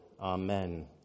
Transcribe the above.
Amen